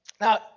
Now